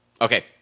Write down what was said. Okay